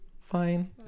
fine